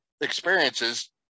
experiences